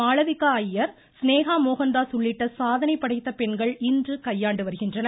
மாளவிகா ஐயர் சினேகா மோகன்தாஸ் உள்ளிட்ட சாதனை படைத்த பெண்கள் இன்று கையாண்டு வருகின்றனர்